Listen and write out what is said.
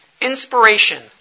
Inspiration